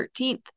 13th